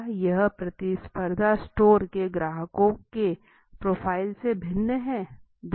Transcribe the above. क्या यह प्रतिस्पर्धा स्टोर के ग्राहकों के प्रोफाइल से भिन्न है